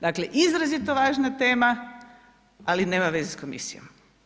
Dakle izrazito važna tema, ali nema veze s Komisijom.